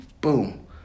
boom